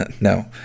No